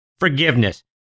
forgiveness